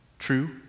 true